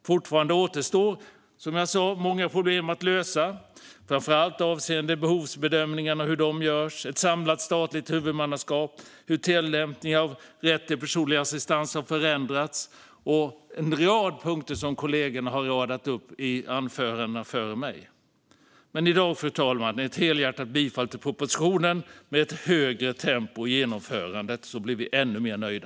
Fortfarande återstår många problem att lösa, framför allt avseende hur behovsbedömningar görs, ett samlat statligt huvudmannaskap och hur tillämpningen av rätt till personlig assistans har förändrats och en rad punkter som kollegorna har radat upp i anföranden före mig. Fru talman! I dag ger jag ett helhjärtat bifall till propositionen, med ett högre tempo i genomförandet. Så blir vi ännu mer nöjda.